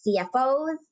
CFOs